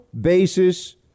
basis